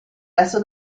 resto